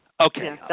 Okay